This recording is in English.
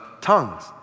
tongues